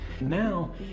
Now